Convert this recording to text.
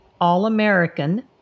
All-American